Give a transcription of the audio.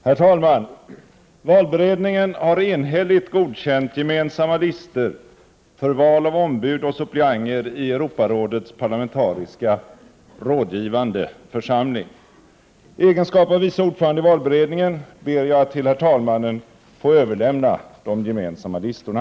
Herr talman! Valberedningen har enhälligt godkänt gemensamma listor för val av ombud och suppleanter i Europarådets parlamentariska församling. I egenskap av vice ordförande i valberedningen ber jag att till herr talmannen få överlämna de gemensamma listorna.